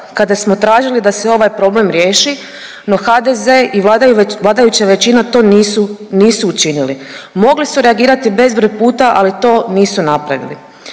kada smo tražili da se ovaj problem riješi, no HDZ i vladajuća većina to nisu, nisu učinili. Mogli su reagirati bezbroj puta, ali to nisu napravili.